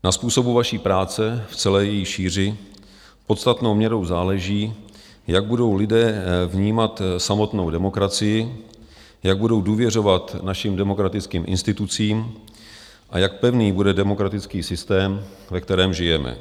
Na způsobu vaší práci v celé její šíři podstatnou měrou záleží, jak budou lidé vnímat samotnou demokracii, jak budou důvěřovat našim demokratickým institucím a jak pevný bude demokratický systém, ve kterém žijeme.